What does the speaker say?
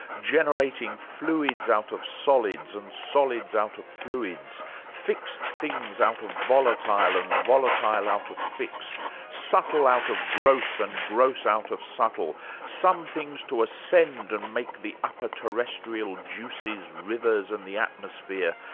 generating fluids out of solids, and solids out of fluids fixed things out of volatile, and volatile out of fixed subtle out of gross, and gross out of subtle some things to ascend and make the upper terrestrial juices, rivers, and the atmosphere,